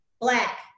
Black